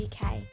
UK